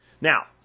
Now